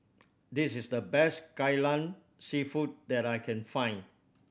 this is the best Kai Lan Seafood that I can find